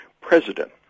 president